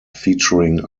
featuring